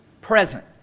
present